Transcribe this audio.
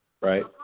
Right